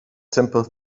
simple